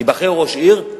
ייבחר ראש עיר,